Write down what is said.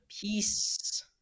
Peace